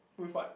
with what